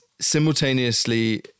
simultaneously